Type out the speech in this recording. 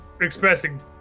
expressing